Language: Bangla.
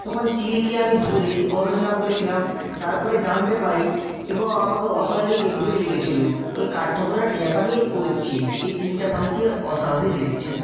তখন চিলকে আমি ধরে গবেষণা করেছিলাম তারপরে জানতে পারি এবং আমাকে অস্বাভাবিক এভাবেই লেগেছিলো ওই কাঠঠোকরা টিয়াপাখি ও চিল এই তিনটা পাখিকে অস্বাভাবিক লেগেছিলো